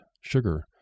sugar